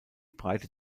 breite